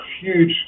huge